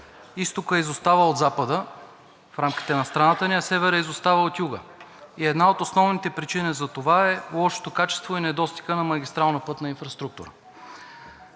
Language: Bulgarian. изтокът изостава от запада в рамките на страната ни, а северът изостава от юга и една от основните причини за това са лошото качество и недостигът на магистрална пътна инфраструктура.